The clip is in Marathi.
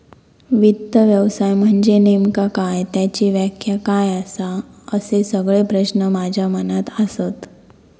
वित्त व्यवसाय म्हनजे नेमका काय? त्याची व्याख्या काय आसा? असे सगळे प्रश्न माझ्या मनात आसत